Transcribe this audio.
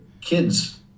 kids